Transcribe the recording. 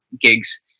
gigs